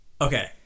Okay